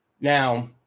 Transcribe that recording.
Now